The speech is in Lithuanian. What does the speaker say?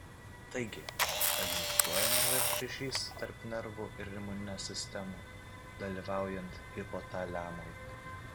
taigi egzistuoja naujas ryšys tarp nervų ir imuninės sistemų dalyvaujant hipotaliamui